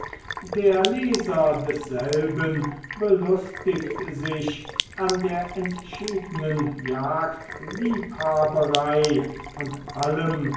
der leser desselben belustigt sich an der entschiedenen jagdliebhaberei und allem